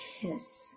kiss